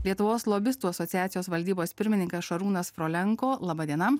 lietuvos lobistų asociacijos valdybos pirmininkas šarūnas frolenko laba diena